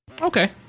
Okay